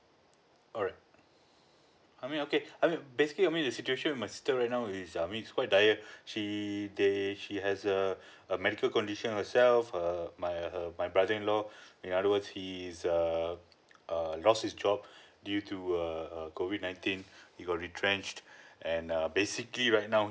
alright I mean okay I mean basically I mean the situation my sister right now is I mean is quite tired she they she has a a medical condition herself her my her my brother in law the other ones he is err err lost his job due to err uh COVID nineteen he got retrenched and uh basically right now